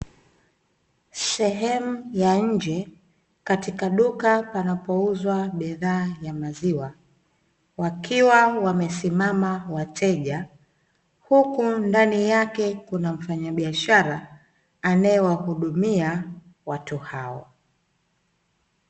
Sehemu ya nje katika duka panapouzwa bidhaa za maziwa, wakiwa wamesimama wateja, huku ndani yake kuna mfanya biashara anae wahudumia watu hao.